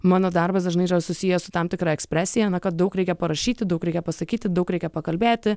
mano darbas dažnai yra susijęs su tam tikra ekspresija na kad daug reikia parašyti daug reikia pasakyti daug reikia pakalbėti